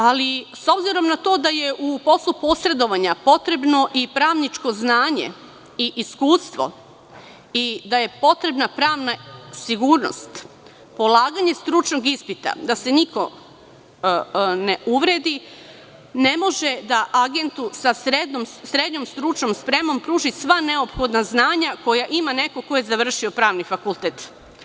Ali, s obzirom na to da je u poslu posredovanja potrebno i pravničko znanje i iskustvo i da je potrebna pravna sigurnost, polaganje stručnog ispita, da se niko ne uvredi, ne može da agentu sa srednjom stručnom spremom pruži sva neophodna znanja koja ima neko ko je završio pravni fakultet.